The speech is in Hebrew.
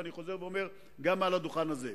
ואני חוזר ואומר גם על הדוכן הזה: